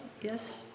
Yes